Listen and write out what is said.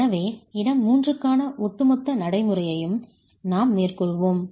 எனவே இடம் 3க்கான ஒட்டுமொத்த நடைமுறையையும் நாம்மேற்கொள்வோம்